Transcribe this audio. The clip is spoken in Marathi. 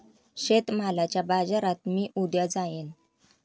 शेतमालाच्या बाजारात मी उद्या जाईन